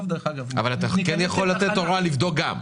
אבל אתה כן יכול לתת הוראה גם לבדוק.